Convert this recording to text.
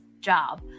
job